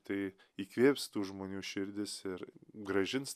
tai įkvėps tų žmonių širdis ir grąžins